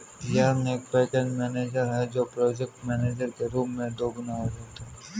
yarn एक package manager है जो प्रोजेक्ट मैनेजर के रूप में दोगुना हो जाता है